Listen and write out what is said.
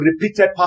repeated